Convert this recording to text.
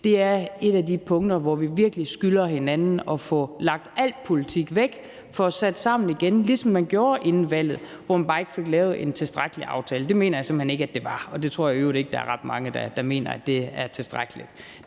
det er et af de punkter, hvor vi virkelig skylder hinanden at få lagt al politik væk og sætte os sammen igen, ligesom man gjorde inden valget, hvor man bare ikke fik lavet en tilstrækkelig aftale. Det mener jeg simpelt hen ikke at den var, og jeg tror i øvrigt ikke, der er ret mange, der mener, at det, der blev aftalt